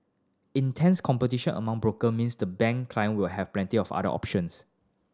intense competition among broker means the bank client will have plenty of other options